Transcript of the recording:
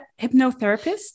hypnotherapist